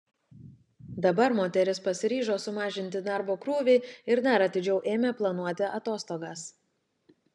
dabar moteris pasiryžo sumažinti darbo krūvį ir dar atidžiau ėmė planuoti atostogas